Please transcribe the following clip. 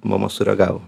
mama sureagavo